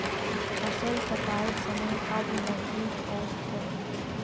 फसल कटाइर समय अब नजदीक ओस छोक